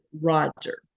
Roger